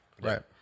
Right